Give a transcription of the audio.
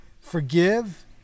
Forgive